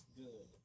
good